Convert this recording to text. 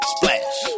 Splash